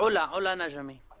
אני מודה על הפגישה החשובה.